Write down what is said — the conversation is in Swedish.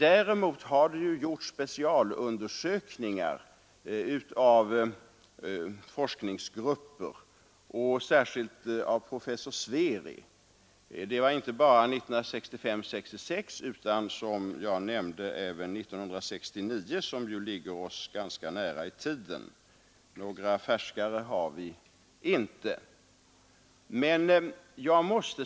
Däremot har det gjorts specialundersökningar av forskargrupper, särskilt av professor Sveri. Det gjordes inte bara 1965—1966 utan även 1969, som ju ligger oss ganska nära i tiden. Några färskare undersökningsresultat har vi inte.